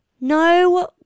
no